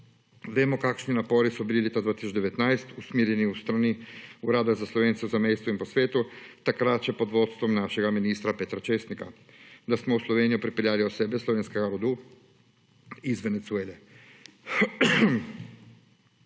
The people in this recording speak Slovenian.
Vemo, kakšni napori so bili leta 2019 usmerjeni od strani Urada za Slovence v zamejstvu in po svetu, takrat še pod vodstvom našega ministra Petra Česnika, da smo v Slovenijo pripeljali osebe slovenskega rodu iz Venezuele.